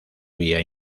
vía